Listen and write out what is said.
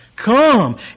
Come